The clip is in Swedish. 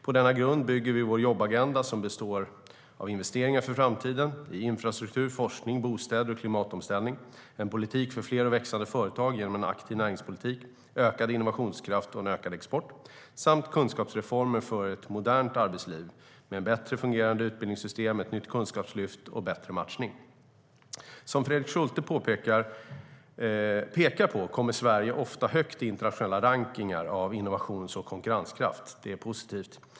På denna grund bygger vi vår jobbagenda, som består av investeringar för framtiden i infrastruktur, forskning, bostäder och klimatomställning, en politik för fler och växande företag genom en aktiv näringspolitik, ökad innovationskraft och en ökad export samt kunskapsreformer för ett modernt arbetsliv med ett bättre fungerande utbildningssystem, ett nytt kunskapslyft och bättre matchning. Som Fredrik Schulte pekar på kommer Sverige ofta högt i internationella rankningar av innovations och konkurrenskraft. Det är positivt.